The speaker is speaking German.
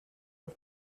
auf